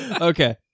Okay